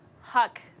Huck